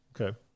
Okay